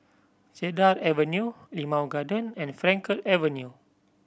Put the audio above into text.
Cedar Avenue Limau Garden and Frankel Avenue